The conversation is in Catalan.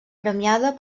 premiada